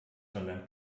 sondern